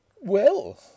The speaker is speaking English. Well